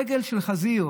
רגל של חזיר,